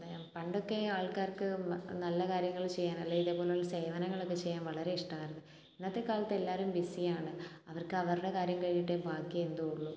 എന്താ ഞാൻ പണ്ടൊക്കെ ആൾക്കാർക്ക് നല്ല കാര്യങ്ങൾ ചെയ്യാൻ അല്ലേ ഇതു പോലുള്ള സേവനങ്ങളൊക്കെ ചെയ്യാൻ വളരെ ഇഷ്ടമായിരുന്നു ഇന്നത്തെ കാലത്ത് എല്ലാവരും ബിസിയാണ് അവർക്ക് അവരുടെ കാര്യം കഴിഞ്ഞട്ടെ ബാക്കി എന്തും ഉള്ളു